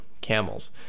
camels